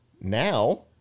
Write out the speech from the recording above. now